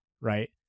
right